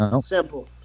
Simple